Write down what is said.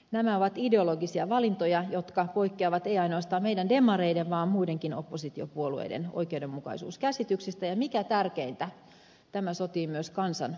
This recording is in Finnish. nämä ovat ideologisia valintoja jotka poikkeavat ei ainoastaan meidän demareiden vaan muidenkin oppositiopuolueiden oikeudenmukaisuuskäsityksistä ja mikä tärkeintä tämä sotii myös kansan oikeudenmukaisuuskäsitystä vastaan